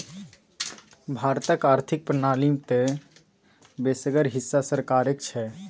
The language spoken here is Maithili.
भारतक आर्थिक प्रणाली मे तँ बेसगर हिस्सा सरकारेक छै